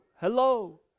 hello